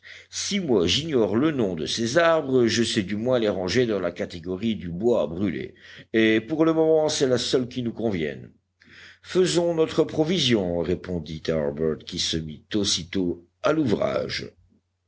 si moi j'ignore le nom de ces arbres je sais du moins les ranger dans la catégorie du bois à brûler et pour le moment c'est la seule qui nous convienne faisons notre provision répondit harbert qui se mit aussitôt à l'ouvrage